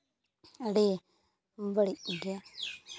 ᱟᱹᱰᱤ ᱵᱟᱹᱲᱤᱡ ᱜᱮᱭᱟ